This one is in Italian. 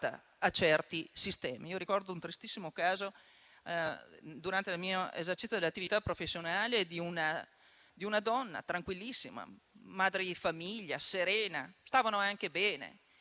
a certi sistemi. Io ricordo un tristissimo caso durante l'esercizio della mia attività professionale di una donna tranquillissima, madre di famiglia, serena, che stava anche bene,